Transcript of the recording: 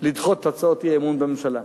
לדחות את הצעות האי-אמון בממשלה.